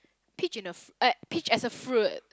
peach in a fr~ peach as a fruit